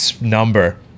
number